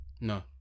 no